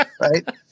right